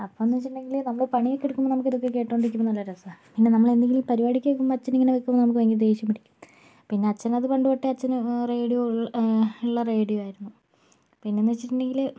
അപ്പോൾ എന്ന് വെച്ചിട്ടുണ്ടെങ്കിൽ നമ്മൾ പണിയൊക്കെ എടുക്കുമ്പോൾ നമുക്ക് ഇതൊക്കെ കേട്ടുകൊണ്ട് നിൽക്കുന്നത് നല്ല രസമാണ് പിന്നെ നമ്മൾ എന്തെങ്കിലും പരിപാടികൾ കേൾക്കുമ്പോൾ അച്ഛൻ ഇങ്ങനെ വെക്കുമ്പോൾ നമുക്ക് ദേഷ്യം പിടിപ്പിക്കും പിന്നെ അത് അച്ഛൻ പണ്ട് തൊട്ടേ അച്ഛൻ റേഡിയോ ഉള്ള റേഡിയോ ആയിരുന്നു പിന്നെ എന്ന് വെച്ചിട്ടുണ്ടെങ്കിൽ